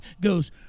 goes